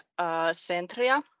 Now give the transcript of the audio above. Centria